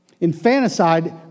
infanticide